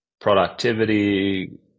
productivity